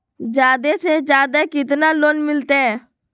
जादे से जादे कितना लोन मिलते?